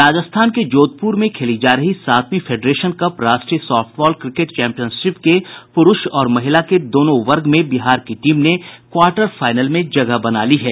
राजस्थान के जोधपुर में खेली जा रही सातवीं फेडरेशन कप राष्ट्रीय सॉफ्टबाल क्रिकेट चैम्पियनशिप के पुरूष और महिला के दोनों वर्ग में बिहार की टीम ने क्वार्टर फाइनल में जगह बना ली है